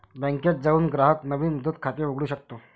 बँकेत जाऊन ग्राहक नवीन मुदत खाते उघडू शकतो